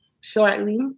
shortly